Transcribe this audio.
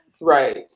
right